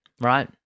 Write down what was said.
Right